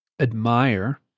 admire